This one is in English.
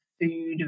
food